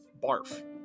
BARF